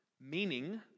Meaning